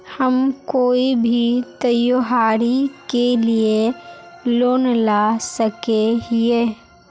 हम कोई भी त्योहारी के लिए लोन ला सके हिये?